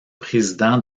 président